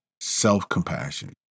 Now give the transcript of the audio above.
self-compassion